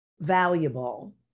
valuable